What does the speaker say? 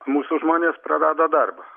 mūsų žmonės prarado darbą